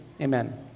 Amen